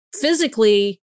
physically